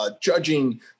judging